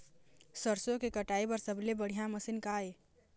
सरसों के कटाई बर सबले बढ़िया मशीन का ये?